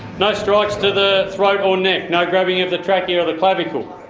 no strikes to the throat or neck, no grabbing of the trachea or the clavicle.